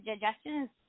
digestion